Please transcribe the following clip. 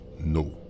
No